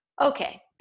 Okay